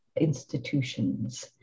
institutions